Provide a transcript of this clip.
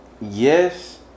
yes